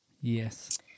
Yes